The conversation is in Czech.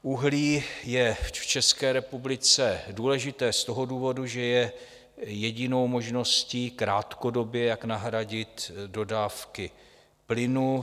Uhlí je v České republice důležité z toho důvodu, že je jedinou možností krátkodobě, jak nahradit dodávky plynu.